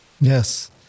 Yes